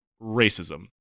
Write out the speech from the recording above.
racism